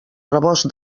rebost